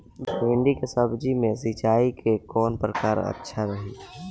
भिंडी के सब्जी मे सिचाई के कौन प्रकार अच्छा रही?